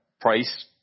Price